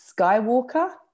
Skywalker